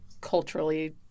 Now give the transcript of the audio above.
culturally